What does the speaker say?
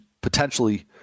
potentially